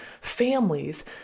families